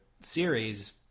series